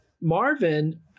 Marvin